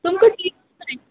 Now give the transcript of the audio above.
तुमकां किदें